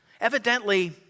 Evidently